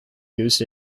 used